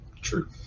True